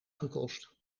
gekost